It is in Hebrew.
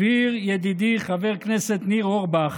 הבהיר ידידי חבר הכנסת ניר אורבך,